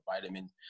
vitamin